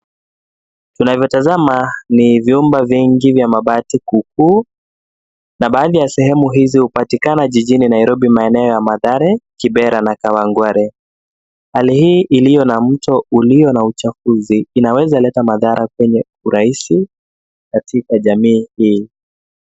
Tunavyotazama ni vyumba vingi vya mabati kuu kuu na baadhi ya sehemu hizi hupatikana jijini Nairobi maeneo ya mathare, kibera na kawangware. Hali hii iliyo na mto ulio na uchafuzi inaweza leta madhara kwenye urahisi katika jamii hii.